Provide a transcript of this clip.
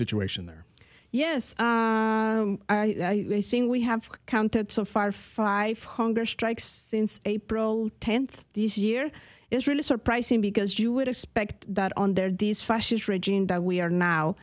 situation there yes i think we have counted so far five hunger strikes since april tenth these year is really surprising because you would expect that on their these fascist regime that we are now